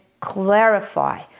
clarify